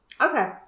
okay